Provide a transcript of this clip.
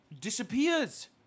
disappears